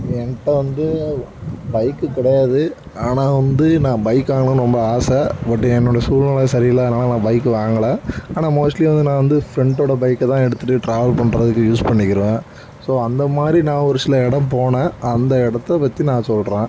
என்கிட்ட வந்து பைக்கு கிடையாது ஆனால் வந்து நான் பைக்கு வாங்கனும்னு ரொம்ப ஆசை பட் என்னோடய சூழ்நிலை சரியில்லாதனால் நான் பைக்கு வாங்கலை ஆனால் மோஸ்ட்லி வந்து நான் வந்து ஃப்ரெண்டோடய பைக்கைத்தான் எடுத்து ட்ராவல் பண்ணுறதுக்கு யூஸ் பண்ணிக்குடுவேன் ஸோ அந்தமாதிரி நான் ஒரு சில இடம் போனேன் அந்த இடத்த பற்றி நான் சொல்கிறேன்